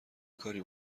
کاری